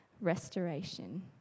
restoration